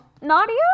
Nadia